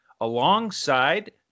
alongside